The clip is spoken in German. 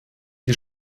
wir